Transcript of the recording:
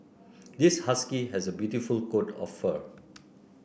this husky has a beautiful coat of fur